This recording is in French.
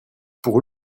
pour